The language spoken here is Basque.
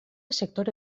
sektore